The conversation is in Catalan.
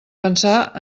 pensar